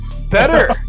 Better